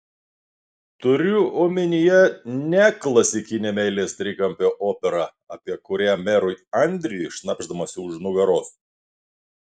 turiu omenyje ne klasikinę meilės trikampio operą apie kurią merui andriui šnabždamasi už nugaros